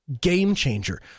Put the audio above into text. game-changer